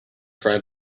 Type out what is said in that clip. frying